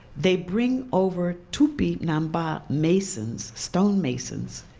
they bring over tupinamba masons, stone masons,